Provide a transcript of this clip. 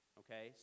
okay